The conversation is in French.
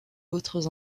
autres